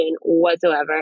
whatsoever